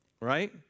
right